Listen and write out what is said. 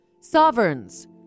Sovereigns